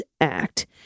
Act